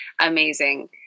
Amazing